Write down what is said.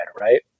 right